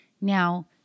Now